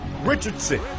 Richardson